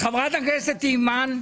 חברת הכנסת אימאן.